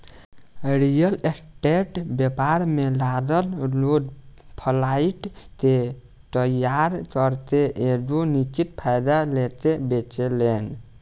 real estate व्यापार में लागल लोग फ्लाइट के तइयार करके एगो निश्चित फायदा लेके बेचेलेन